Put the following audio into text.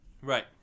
Right